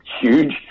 huge